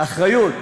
האחריות.